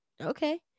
okay